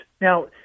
Now